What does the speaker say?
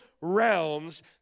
realms